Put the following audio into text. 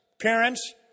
parents